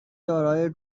دارای